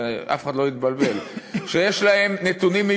שאף אחד לא התבלבל,